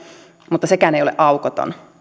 mutta sekään ei ole aukoton